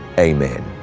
amen.